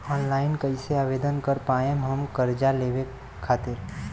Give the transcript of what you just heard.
Online कइसे आवेदन कर पाएम हम कर्जा लेवे खातिर?